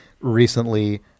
recently